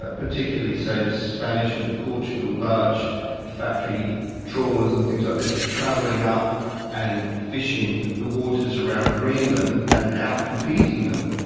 ah particularly say the spanish and the portugal large factory trawlers and things like this travelling up and fishing the waters around greenland and and out-competing them.